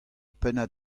pennad